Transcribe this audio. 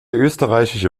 österreichische